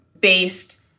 based